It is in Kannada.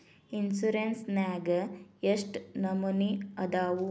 ಇನ್ಸುರೆನ್ಸ್ ನ್ಯಾಗ ಎಷ್ಟ್ ನಮನಿ ಅದಾವು?